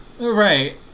right